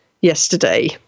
yesterday